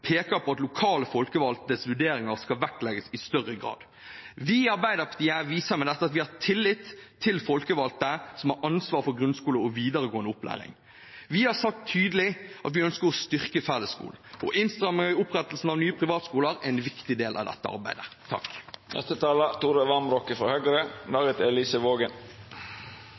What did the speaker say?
peker på at lokale folkevalgtes vurderinger skal vektlegges i større grad. Vi i Arbeiderpartiet viser med dette at vi har tillit til folkevalgte som har ansvaret for grunnskole og videregående opplæring. Vi har sagt tydelig at vi ønsker å styrke fellesskolen, og innstramminger i opprettelsen av nye privatskoler er en viktig del av dette arbeidet.